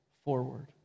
forward